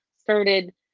started